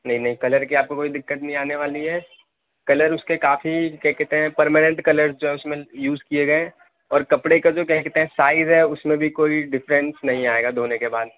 نہیں نہیں کلر کی آپ کوئی دقت نہیں آنے والی ہے کلر اس کے کافی کیا کہتے ہیں پرماننٹ کلر جو ہے اس میں یوز کیے گیے ہیں اور کپڑے کا جو ہے کیا کہتے ہیں سائز ہے اس میں بھی کوئی ڈفرنٹ نہیں آئے گا دھونے کے بعد